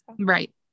Right